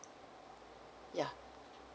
yeah